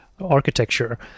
architecture